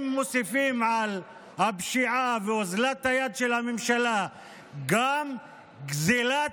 אם מוסיפים על הפשיעה ואוזלת היד של הממשלה גם גזילת